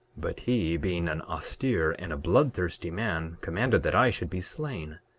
but he being an austere and a bloodthirsty man commanded that i should be slain